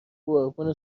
قربون